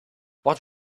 what